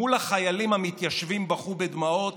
מול החיילים המתיישבים בכו בדמעות,